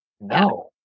No